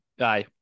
aye